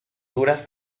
duras